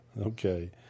Okay